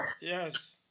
Yes